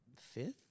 fifth